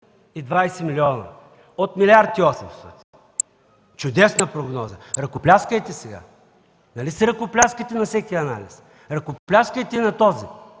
420 милиона от милиард и 800. Чудесна прогноза. Ръкопляскайте сега. Нали си ръкопляскате на всеки анализ? Ръкопляскайте и на този.